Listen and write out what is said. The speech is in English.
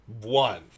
One